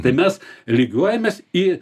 tai mes lygiuojamės į